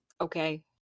okay